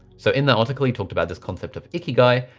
so in the article, he talked about this concept of ikigai,